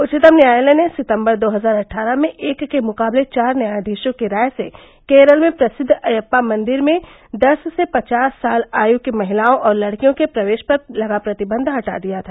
उच्चतम न्यायालय ने सितम्बर दो हजार अट्ठारह में एक के मुकाबले चार न्यायाधीशों की राय से केरल में प्रसिद्व अयप्पा मंदिर में दस से पचास साल आयु की महिलाओं और लड़कियों के प्रवेश पर लगा प्रतिबंध हटा दिया था